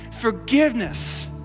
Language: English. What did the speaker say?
Forgiveness